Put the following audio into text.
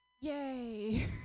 yay